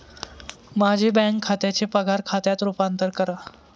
माझे बँक खात्याचे पगार खात्यात रूपांतर करा